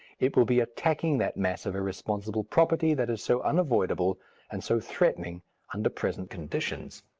it will be attacking that mass of irresponsible property that is so unavoidable and so threatening under present conditions.